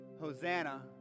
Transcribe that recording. Hosanna